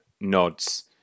nods